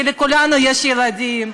כי לכולנו יש ילדים,